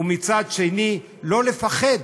ומצד שני לא לפחד.